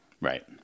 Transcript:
Right